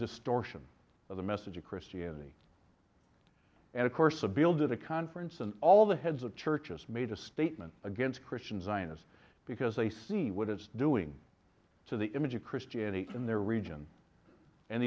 distortion of the message of christianity and of course a bill to the conference and all the heads of churches made a statement against christian zionists because they see what it's doing to the image of christianity in their region and